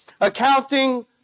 accounting